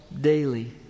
daily